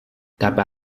dabei